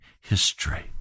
history